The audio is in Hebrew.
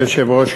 אדוני היושב-ראש,